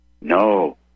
No